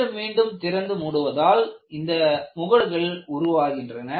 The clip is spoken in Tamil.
மீண்டும் மீண்டும் திறந்து மூடுவதால் இந்த முகடுகள் உருவாகின்றன